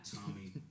Tommy